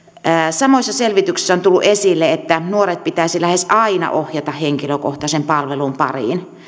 samoissa selvityksissä on tullut esille että nuoret pitäisi lähes aina ohjata henkilökohtaisen palvelun pariin